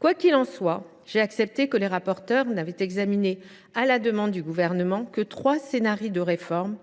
Quoi qu’il en soit, j’ai constaté que les rapporteurs n’avaient examiné, à la demande du Gouvernement, que trois scénarios de réforme,